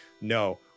no